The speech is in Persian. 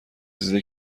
رسیده